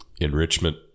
enrichment